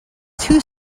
two